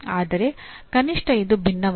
ಆದರೆ ಕನಿಷ್ಠ ಇದು ವಿಭಿನ್ನವಾಗಿದೆ